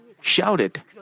shouted